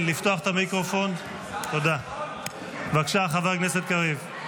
בבקשה, חבר הכנסת קריב.